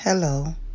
Hello